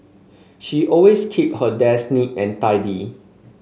she always keep her desk neat and tidy